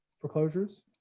foreclosures